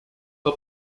per